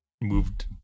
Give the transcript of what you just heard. moved